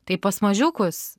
tai pas mažiukus